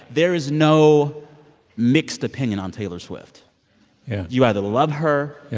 there is no mixed opinion on taylor swift yeah you either love her.